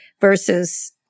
versus